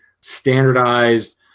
standardized